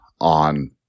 on